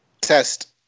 Test